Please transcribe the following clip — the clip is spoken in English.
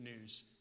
news